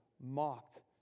mocked